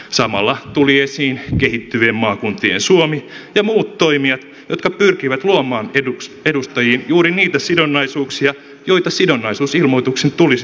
samalla tulivat esiin kehittyvien maakuntien suomi ja muut toimijat jotka pyrkivät luomaan edustajiin juuri niitä sidonnaisuuksia joita sidonnaisuusilmoituksen tulisi tuoda esiin